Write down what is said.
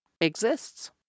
exists